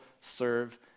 serve